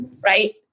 right